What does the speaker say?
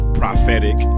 prophetic